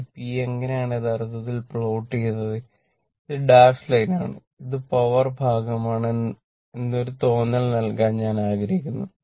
ഈ p എങ്ങനെയാണ് യഥാർത്ഥത്തിൽ പ്ലോട്ട് ചെയ്യുന്നത് ഇത് ഡാഷ് ലൈനാണ് ഇത് പവർ ഭാഗമാണ് എന്നൊരു തോന്നൽ നൽകാൻ ഞാൻ ആഗ്രഹിക്കുന്നു